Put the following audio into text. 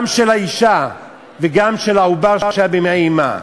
גם של האישה וגם של העובר שהיה במעי אמו,